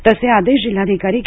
तसे आदेश जिल्हाधिकारी के